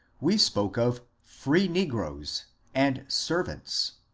we spoke of free ne groes and servants.